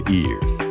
ears